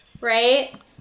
Right